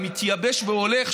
המתייבש והולך,